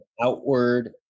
outward